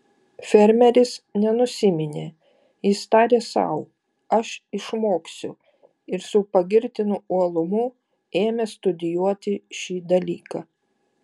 fermeris nenusiminė jis tarė sau aš išmoksiu ir su pagirtinu uolumu ėmė studijuoti šį dalyką